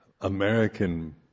American